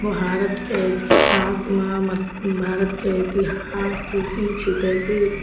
ओ भारतके इतिहासमे भारतके इतिहास ई छिकै की